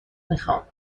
میخام